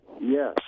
Yes